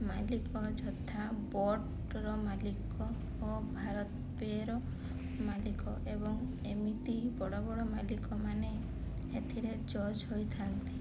ମାଲିକ ଯଥା ବୋଟର ମାଲିକ ଓ ଭାରତପେର ମାଲିକ ଏବଂ ଏମିତି ବଡ଼ ବଡ଼ ମାଲିକମାନେ ଏଥିରେ ଜର୍ଜ ହୋଇଥାନ୍ତି